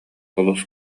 олус